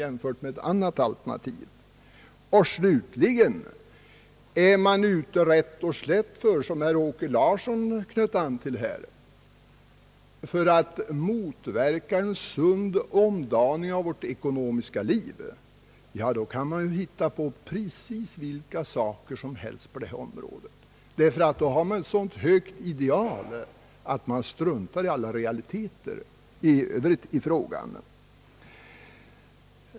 Är man slutligen ute rätt och slätt för att motverka en sund omdaning av vårt ekonomiska liv, något som herr Åke Larsson knöt an till här, då kan man hitta på precis vilka saker som helst på detta område. I så fall har man ett sådant ärende att man struntar i alla realiteter i övrigt i frågan.